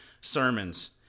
sermons